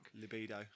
libido